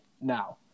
Now